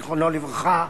זיכרונו לברכה,